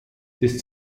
des